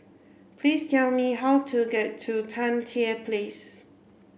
please tell me how to get to Tan Tye Place